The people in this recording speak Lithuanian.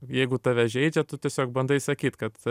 jeigu tave žeidžia tu tiesiog bandai sakyt kad